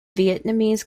vietnamese